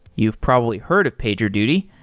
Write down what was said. you've probably heard of pagerduty.